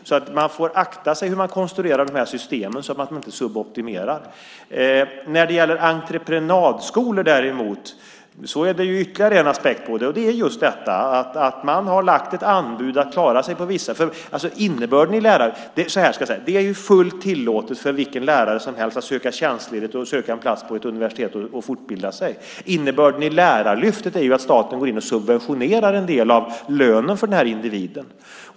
Därför får man akta sig när man konstruerar de här systemen, så att man inte suboptimerar. När det gäller entreprenadskolor finns ytterligare en aspekt på det. Det är just detta att man har lagt ett anbud. Jag ska säga att det är fullt tillåtet för vilken lärare som helst att söka tjänstledigt och söka en plats på ett universitet och fortbilda sig. Innebörden i Lärarlyftet är att staten går in och subventionerar en del av lönen för den här individen.